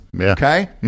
Okay